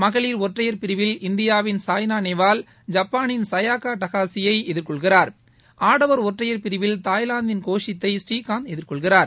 மகளிர் ஒற்றையர் பிரிவில் இந்தியாவின் சாய்னா நேவால் ஜப்பானின் சயாக்கா டாகஷியை எதிர்கொள்கிறார் ஆடவர் ஒற்றையர் பிரிவில் தாய்லாந்தின் கோஷித்தை ஸ்ரீகாந்த் எதிர்கொள்கிறார்